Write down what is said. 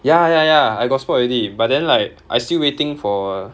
ya ya ya I got spot already but then like I still waiting for